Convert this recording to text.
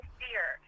fear